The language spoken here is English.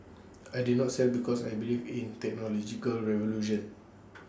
I did not sell because I believe in technological revolution